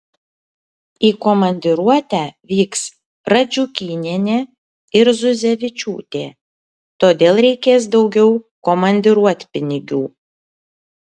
į komandiruotę vyks radžiukynienė ir zuzevičiūtė todėl reikės daugiau komandiruotpinigių